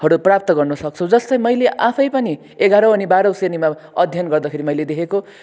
प्राप्त गर्न गर्न सक्छौँ जस्तै मैले आफै पनि एघारौँ अनि बाह्रौँ श्रेणीमा अध्ययन गर्दाखेरि मैले देखेको